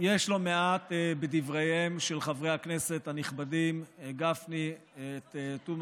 יש לא מעט בדבריהם של חברי הכנסת הנכבדים גפני ותומא